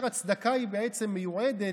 הצדקה בעצם מיועדת,